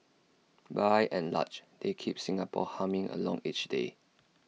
by and large they keep Singapore humming along each day